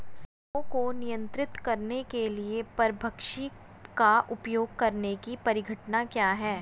पीड़कों को नियंत्रित करने के लिए परभक्षी का उपयोग करने की परिघटना क्या है?